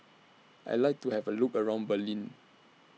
I like to Have A Look around Berlin